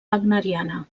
wagneriana